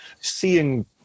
seeing